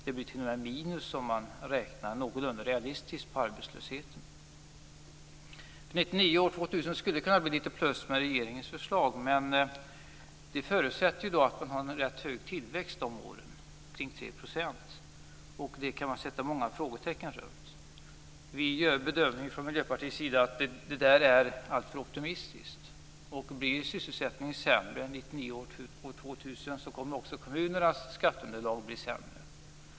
Det blir t.o.m. minus om man räknar någorlunda realistiskt på arbetslösheten. För 1999 och 2000 skulle det kunna bli litet plus med regeringens förslag, men det förutsätter en relativt hög tillväxt de åren, kring 3 %. Det kan man sätta många frågetecken runt. Vi gör den bedömningen från Miljöpartiets sida att det är alltför optimistiskt. Blir sysselsättningen sämre för 1999 och 2000 kommer också kommunernas skatteunderlag att bli sämre.